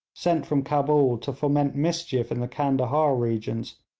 sent from cabul to foment mischief in the candahar regions,